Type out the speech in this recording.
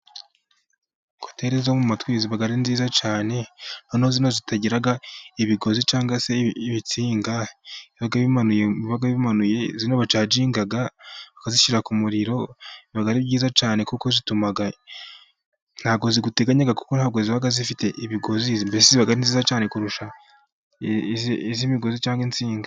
Kuteri zo mu matwi ziba ari nziza cyane, noneho izi zitagira ibigozi cyangwa se ibitsinga, biba bimanuye, izi bacajyiga, bakazishyira ku muriro, biba ari byiza cyane kuko zituma ntabwo ziguteganya kuko ntabwo ziba zifite ibigozi, mbese ziba nziza cyane kurusha iz'imigozi cyangwa insinga.